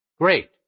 great